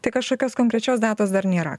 tai kažkokios konkrečios datos dar nėra